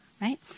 right